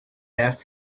bath